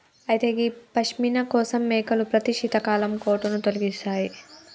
అయితే గీ పష్మిన కోసం మేకలు ప్రతి శీతాకాలం కోటును తొలగిస్తాయి